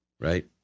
right